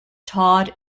todd